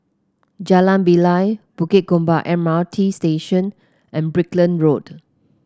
Jalan Bilal Bukit Gombak M R T Station and Brickland Road